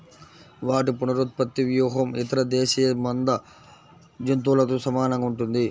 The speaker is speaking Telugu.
వాటి పునరుత్పత్తి వ్యూహం ఇతర దేశీయ మంద జంతువులతో సమానంగా ఉంటుంది